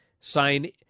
sign